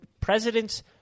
President's